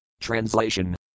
Translation